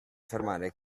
affermare